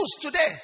today